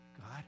God